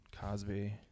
Cosby